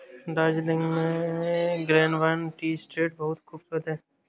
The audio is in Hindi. दार्जिलिंग में ग्लेनबर्न टी एस्टेट बहुत खूबसूरत है